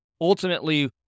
Ultimately